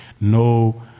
no